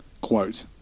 quote